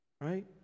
right